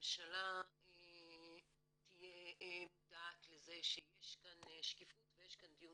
שהממשלה תהיה מודעת לזה שיש כאן שקיפות ויש כאן דיון